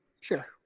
Sure